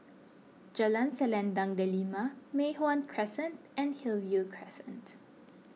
Jalan Selendang Delima Mei Hwan Crescent and Hillview Crescent